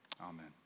Amen